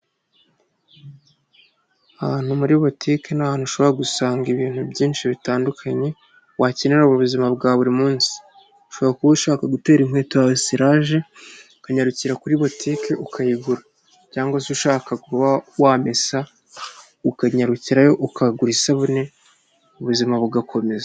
Ahantu muri butike ni ahantu ushobora gusanga ibintu byinshi bitandukanye wakenera mu buzima bwa buri munsi, ushobora kuba ushaka gutera inkweto yawe siraje ukanyayarukira kuri butike ukayigura cyangwa se ushaka kuba wamesa, ukanyayarukirayo ukagura isabune ubuzima bugakomeza.